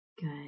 Good